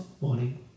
morning